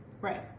Right